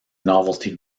novelty